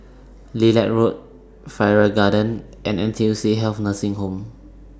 Lilac Road Farrer Garden and N T U C Health Nursing Home